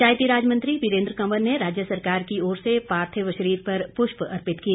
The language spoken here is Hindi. पंचायतीराज मंत्री वीरेन्द्र कंवर ने राज्य सरकार की ओर से पार्थिव शरीर पर पुष्प अर्पित किए